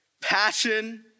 passion